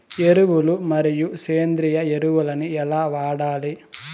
ఎరువులు మరియు సేంద్రియ ఎరువులని ఎలా వాడాలి?